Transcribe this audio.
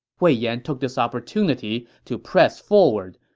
wei yan took this opportunity to press forward.